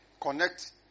Connect